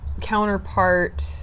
Counterpart